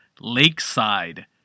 Lakeside